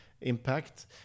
impact